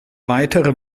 weitere